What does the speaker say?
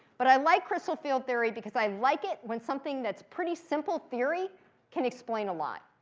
but i like crystal field theory because i like it when something that's pretty simple theory can explain a lot.